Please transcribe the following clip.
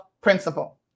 principle